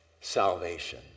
salvation